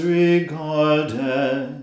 regarded